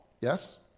yes